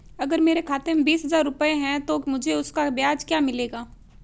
अगर मेरे खाते में बीस हज़ार रुपये हैं तो मुझे उसका ब्याज क्या मिलेगा?